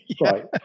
right